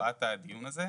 נשואת הדיון הזה,